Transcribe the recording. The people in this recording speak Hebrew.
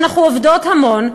אנחנו עובדות המון,